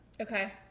Okay